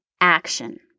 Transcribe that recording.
action